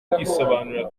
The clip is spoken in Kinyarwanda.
kwisobanura